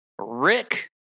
Rick